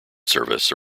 service